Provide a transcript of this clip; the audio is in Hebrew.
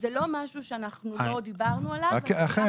אז זה לא משהו שאנחנו לא דיברנו עליו --- אכן,